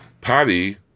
Patty